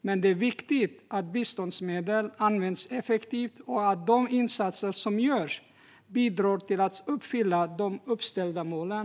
Men det är viktigt att biståndsmedel används effektivt och att de insatser som görs bidrar till att uppfylla de uppställda målen.